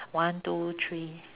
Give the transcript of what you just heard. one two three